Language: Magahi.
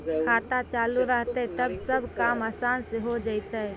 खाता चालु रहतैय तब सब काम आसान से हो जैतैय?